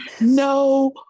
No